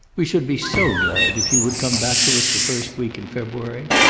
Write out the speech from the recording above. we should be so glad if you would come back to us the first week in february.